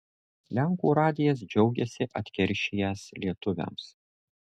lenkų radijas džiaugiasi atkeršijęs lietuviams